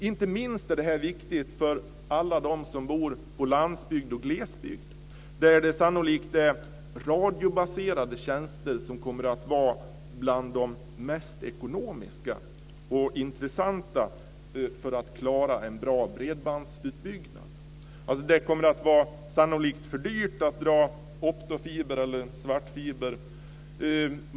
Inte minst är detta viktigt för alla dem som bor på landsbygd och glesbygd, där det sannolikt är radiobaserade tjänster som kommer att vara bland de mest ekonomiska och intressanta för att klara en bra bredbandsutbyggnad. Det kommer sannolikt att vara för dyrt att dra optofibrer eller svartfibrer.